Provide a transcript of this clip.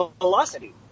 velocity